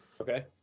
Okay